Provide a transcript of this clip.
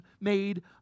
made